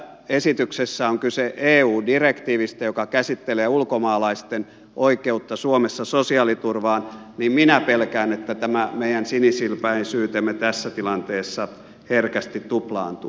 kun tässä esityksessä on kyse eu direktiivistä joka käsittelee ulkomaalaisten oikeutta sosiaaliturvaan suomessa niin minä pelkään että tämä meidän sinisilmäisyytemme tässä tilanteessa herkästi tuplaantuu